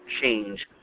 change